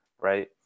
Right